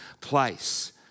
place